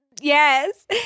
Yes